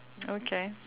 okay